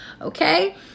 Okay